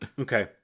Okay